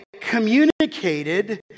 communicated